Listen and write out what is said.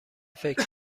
فکر